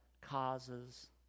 causes